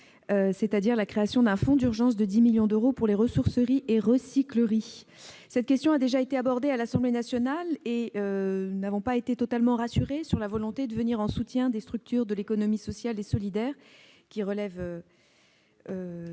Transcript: objet : la création d'un fonds d'urgence de 10 millions d'euros pour les ressourceries et recycleries. Cette question a déjà été abordée à l'Assemblée nationale, et nous n'avons pas été totalement rassurés quant à la volonté de soutenir les structures de l'économie sociale et solidaire (ESS), qui relèvent